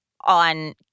on